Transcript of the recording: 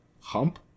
hump